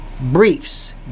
briefs